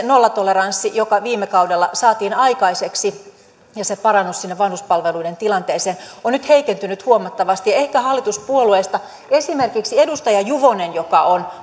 nollatoleranssi joka viime kaudella saatiin aikaiseksi ja se parannus vanhuspalveluiden tilanteeseen on nyt heikentynyt huomattavasti ehkä hallituspuolueista esimerkiksi edustaja juvonen joka on